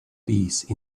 peace